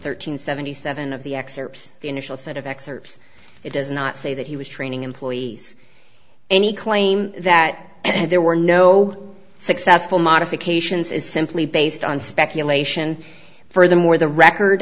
thirteen seventy seven of the excerpt the initial set of excerpts it does not say that he was training employees any claim that there were no successful modifications is simply based on speculation furthermore the record